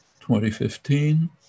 2015